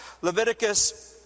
Leviticus